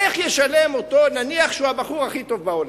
איך ישלם אותו, נניח שהוא הבחור הכי טוב בעולם?